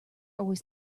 always